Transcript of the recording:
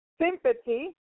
sympathy